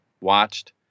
watched